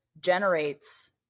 generates